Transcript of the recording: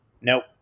Nope